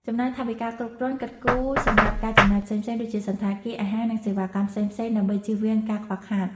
ចំណាយថវិកាគ្រប់គ្រាន់ គិតគូរសម្រាប់ការចំណាយផ្សេងៗ ដូចជាសណ្ឋាគារ អាហារ និងសេវាកម្មផ្សេងៗ ដើម្បីជៀសវាងការខ្វះខាត។